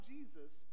Jesus